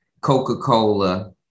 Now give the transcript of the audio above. Coca-Cola